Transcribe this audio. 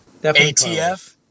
ATF